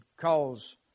cause